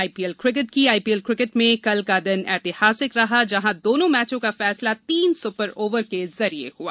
IPL IPL cricket में कल का दिन ऐतिहासिक रहा जहां दोनों मैचों का फैसला तीन सुपर ओवर के जरिए हुआ